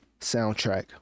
soundtrack